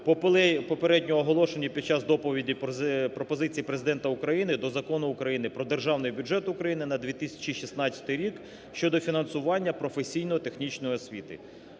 попереднього оголошені під час доповіді пропозиції Президента України до Закону України "Про Державний бюджет України на 2016 рік" щодо фінансування професійно-технічної освіти.